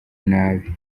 nabi